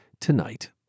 tonight